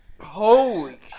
holy